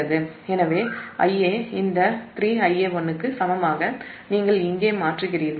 எனவே Ia இந்த 3 Ia1 க்கு சமமாக நீங்கள் இங்கே மாற்றுகிறீர்கள்